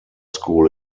school